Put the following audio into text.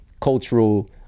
cultural